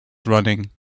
running